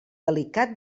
delicat